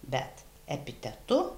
bet epitetu